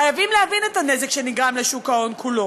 חייבים להבין את הנזק שנגרם לשוק ההון כולו.